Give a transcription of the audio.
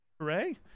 Hooray